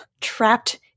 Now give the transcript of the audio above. trapped